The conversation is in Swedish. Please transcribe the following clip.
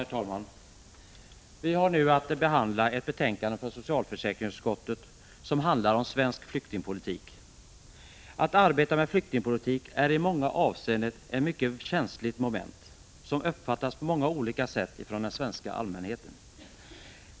Herr talman! Vi har nu att behandla ett betänkande från socialförsäkringsutskottet som handlar om svensk flyktingpolitik. Att arbeta med flyktingpolitik är i många avseenden ett mycket känsligt moment, som uppfattas på många olika sätt av den svenska allmänheten.